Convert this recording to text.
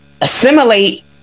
assimilate